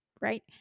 right